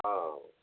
ହଁ